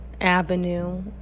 avenue